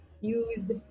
use